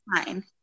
fine